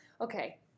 Okay